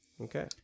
Okay